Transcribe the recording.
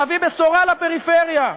להביא בשורה לפריפריה.